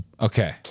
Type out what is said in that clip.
Okay